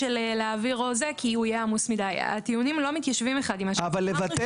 כי אם משהו יבנה